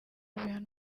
bihano